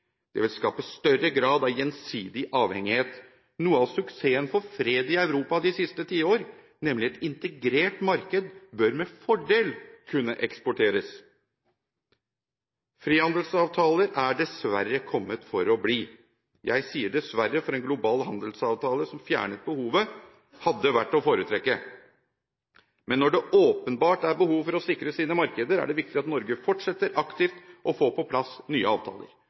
Det vil skape en større grad av gjensidig avhengighet. Noe av suksessen for fred i Europa de siste tiår, nemlig et integrert marked, bør med fordel kunne eksporteres. Frihandelsavtaler er dessverre kommet for å bli. Jeg sier dessverre, for en global handelsavtale som fjernet behovet, hadde vært å foretrekke. Men når det åpenbart er behov for å sikre sine markeder, er det viktig at Norge aktivt fortsetter med å få på plass nye avtaler.